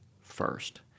first